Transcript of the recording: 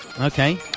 Okay